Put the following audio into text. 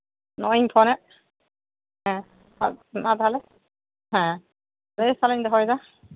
ᱱᱚᱜᱼᱚᱭ ᱤᱧ ᱯᱷᱳᱱ ᱮᱫ ᱦᱮᱸ ᱢᱟ ᱛᱟᱦᱞᱮ ᱦᱮᱸ ᱵᱮᱥ ᱛᱟᱦᱞᱮᱧ ᱫᱚᱦᱚᱭᱮᱫᱟ